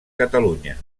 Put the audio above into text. catalunya